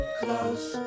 close